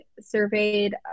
surveyed